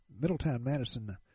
Middletown-Madison